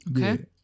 okay